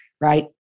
right